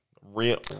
Real